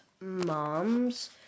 moms